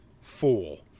fool